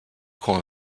corner